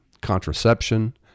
contraception